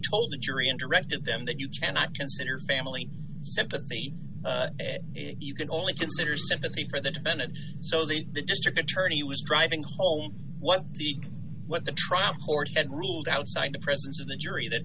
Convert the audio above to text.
told the jury and directed them that you cannot consider family sympathy you can only consider sympathy for the defendant so that the district attorney was driving home what the what the trial court and ruled outside the presence of the jury that